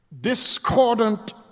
discordant